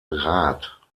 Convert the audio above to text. rad